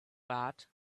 bad